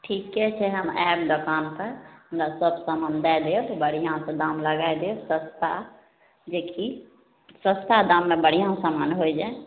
ठीके छै हम आयब दोकानपर हमरा सब समान दए देब बढ़िआँ सँ दाम लगाइ देब सस्ता जेकि सस्ता दाममे बढ़िआँ समान होइ जाए